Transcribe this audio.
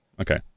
okay